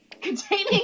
containing